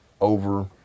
over